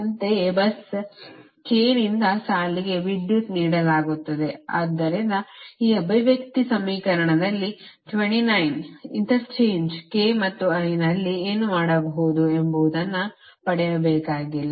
ಅಂತೆಯೇ bus k ನಿಂದ ಸಾಲಿಗೆ ವಿದ್ಯುತ್ ನೀಡಲಾಗುತ್ತದೆ ಆದ್ದರಿಂದ ಈ ಅಭಿವ್ಯಕ್ತಿ ಸಮೀಕರಣದಲ್ಲಿ 29 ಇಂಟರ್ಚೇಂಜ್ k ಮತ್ತು i ನಲ್ಲಿ ಏನು ಮಾಡಬಹುದು ಎಂಬುದನ್ನು ಪಡೆಯಬೇಕಾಗಿಲ್ಲ